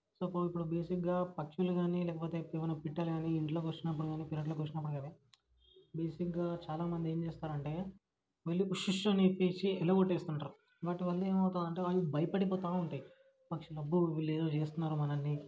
suppose ఇప్పుడు బేసిక్గా పక్షులు కానీ లేకపోతే ఇప్పుడేమైనా పిట్టలు కానీ ఇంట్లోకి వచ్చినప్పుడు కానీ పెరట్లోకి వచ్చినప్పుడు కానీ బేసిక్గా చాలామంది ఏం చేస్తారంటే వెళ్ళి ఉష్ ఉష్షని చెప్పి వెళ్ళగొట్టేస్తుంటరు వాటి వల్ల ఏమవుతుంది అంటే అవి భయపడి పోతూ ఉంటయి పక్షులు అబ్బో వీళ్ళేదో చేస్తున్నారు మనల్ని